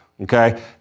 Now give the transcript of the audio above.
okay